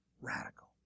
Radical